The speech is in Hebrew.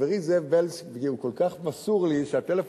חברי זאב בילסקי הוא כל כך מסור לי, שהטלפון,